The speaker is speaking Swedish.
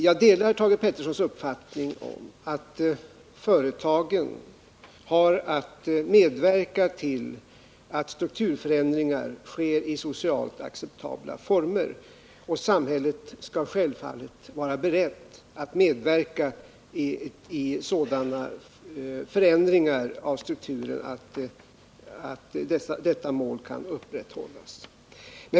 Jag delar Thage Petersons uppfattning att företagen har att medverka till att strukturförändringar sker i socialt acceptabla former. Samhället skall självfallet vara berett att medverka till att strukturförändringar sker på ett sådant sätt att detta mål kan uppnås.